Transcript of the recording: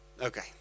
Okay